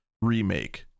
Remake